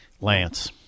Lance